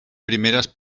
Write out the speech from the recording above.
primeres